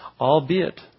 albeit